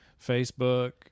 Facebook